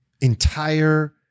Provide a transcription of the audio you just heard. entire